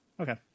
okay